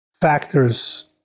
factors